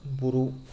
बर'